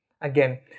Again